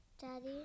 Daddy